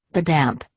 the damp,